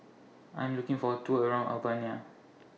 I Am looking For A Tour around Albania